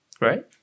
Right